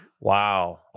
Wow